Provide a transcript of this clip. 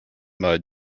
mud